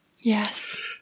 Yes